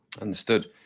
understood